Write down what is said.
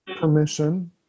permission